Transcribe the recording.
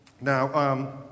Now